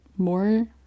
more